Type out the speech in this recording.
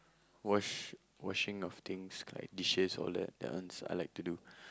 wash washing of things like dishes all that that one I like to do